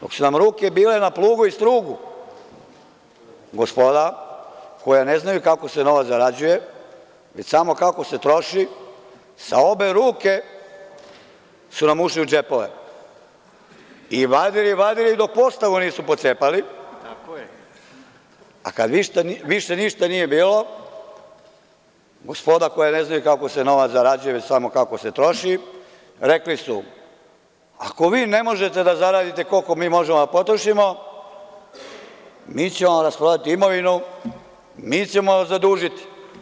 Dok su nam ruke bile na plugu i strugu, gospoda koja ne znaju kako se novac zarađuje, već samo kako se troši, sa obe ruke su nam ušli u džepove i vadili i vadili dok postavu nisu pocepali, a kada više ništa nije bilo, gospoda koja ne znaju kako se novac zarađuje, već samo kako se troši, rekli su – ako vi ne možete da zaradite koliko mi možemo da potrošimo, mi ćemo vam rasprodati imovinu, mi ćemo vas zadužiti.